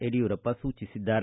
ಯಡಿಯೂರಪ್ಪ ಸೂಚಿಸಿದ್ದಾರೆ